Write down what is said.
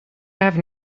have